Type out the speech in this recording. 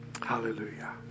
Hallelujah